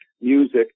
music